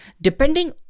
depending